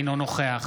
אינו נוכח